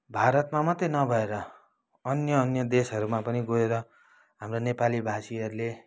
भारतमा मात्रै नभएर अन्य अन्य देशहरूमा पनि गएर हाम्रो नेपालीभाषीहरूले